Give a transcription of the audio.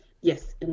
yes